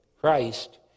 Christ